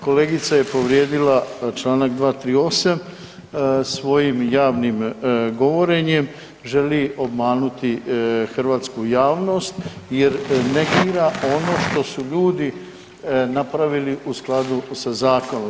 Kolegica je povrijedila Članak 238. svojim javnim govorenjem želi obmanuti hrvatsku javnost jer negira ono što su ljudi napravili u skladu sa zakonom.